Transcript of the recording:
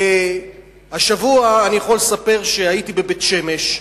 השבוע, אני יכול לספר, הייתי בבית-שמש,